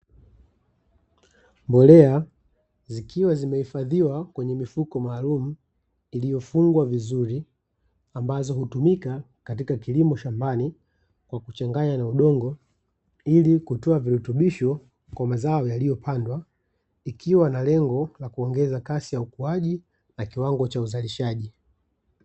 Mbolea zikiwa zimehifadhiwa kwenye mifuko maalumu iliyofungwa vizuri, ambazo hutumika katika kilimo shambani kwa kuchanganya na udongo, ili kutoa virutubisho kwa mazao yaliyopandwa, ikiwa na lengo la kuongeza kasi ya ukuaji na kiwango cha uzalishaji.